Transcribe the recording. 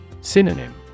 Synonym